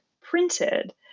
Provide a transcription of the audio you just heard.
printed